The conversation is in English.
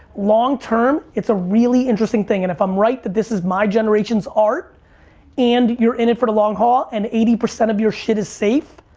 long term, it's a really interesting thing and if i'm right that this is my generation's art and you're in it for the long haul and eighty percent of your shit is safe,